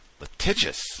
litigious